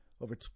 over